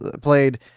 played